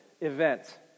event